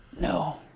No